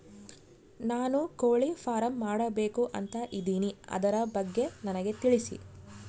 ನಾನು ಕೋಳಿ ಫಾರಂ ಮಾಡಬೇಕು ಅಂತ ಇದಿನಿ ಅದರ ಬಗ್ಗೆ ನನಗೆ ತಿಳಿಸಿ?